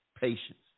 Patience